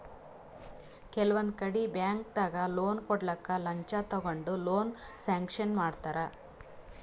ಕೆಲವೊಂದ್ ಕಡಿ ಬ್ಯಾಂಕ್ದಾಗ್ ಲೋನ್ ಕೊಡ್ಲಕ್ಕ್ ಲಂಚ ತಗೊಂಡ್ ಲೋನ್ ಸ್ಯಾಂಕ್ಷನ್ ಮಾಡ್ತರ್